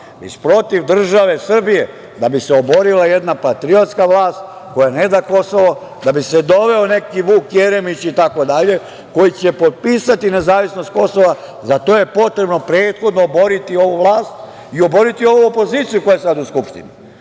protiv države Srbije da bi se oborila jedna patriotska vlast koja ne da Kosovo, da bi se doveo neki Vuk Jeremić itd, koji će potpisati nezavisnost Kosova. Za to je potrebno prethodno oboriti ovu vlast i oboriti ovu opoziciju koja je sada u Skupštini,